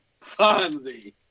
Fonzie